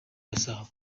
gasabo